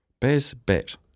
Bazbat